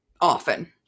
Often